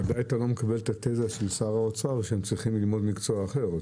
אתה בוודאי לא מקבל את התזה של שר האוצר שהם צריכים ללמוד מקצוע אחר.